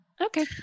Okay